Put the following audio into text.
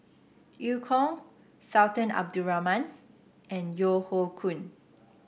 Eu Kong Sultan Abdul Rahman and Yeo Hoe Koon